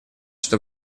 что